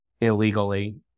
illegally